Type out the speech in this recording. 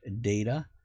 data